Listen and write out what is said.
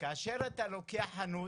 כאשר אתה לוקח חנות